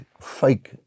fake